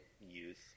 youth